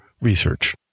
research